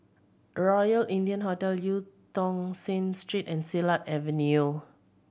Royal India Hotel Eu Tong Sen Street and Silat Avenue